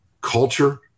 culture